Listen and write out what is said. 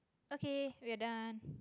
okay we are done